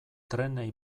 trenei